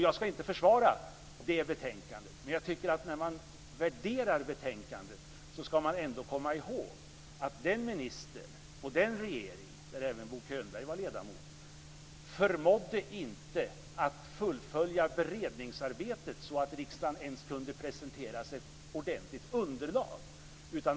Jag skall inte försvara det betänkandet, men jag tycker att när man värderar betänkandet skall man ändå komma ihåg att den ministern och den regering där också Bo Könberg var ledamot inte förmådde att fullfölja beredningsarbetet så att det i riksdagen ens kunde presenteras ett ordentligt underlag.